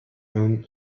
nun